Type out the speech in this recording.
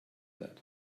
that